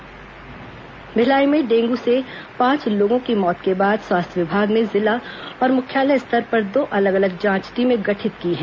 dengue मौत भिलाई में dengue से पांच लोगों की मौत के बाद स्वास्थ्य विभाग ने जिला और मुख्यालय स्तर पर दो अलग अलग जांच टीमें गठित की हैं